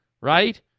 Right